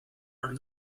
are